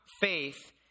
faith